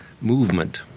movement